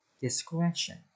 Discretion